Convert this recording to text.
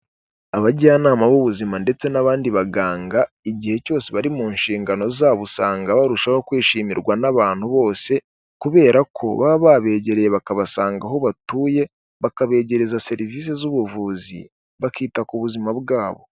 Abajyanama b'ubuzima ndetse n'abandi baganga igihe cyose bari mu nshingano zabo usanga barushaho kwishimirwa n'abantu bose kubera ko baba babegereye bakabasanga aho batuye bakabegereza serivisi z'ubuvuzi bakita ku buzima bwabo.